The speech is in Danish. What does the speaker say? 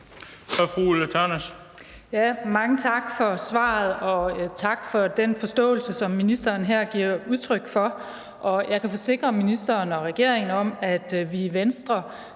Mange tak for svaret, og tak for den forståelse, som ministeren her giver udtryk for. Jeg kan forsikre ministeren og regeringen om, at vi i Venstre